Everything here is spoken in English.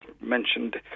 Mentioned